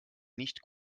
nicht